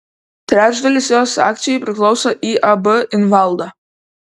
trečdalis jos akcijų priklauso iab invalda